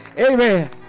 amen